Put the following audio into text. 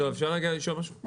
לא, אפשר רגע לשאול משהו?